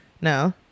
no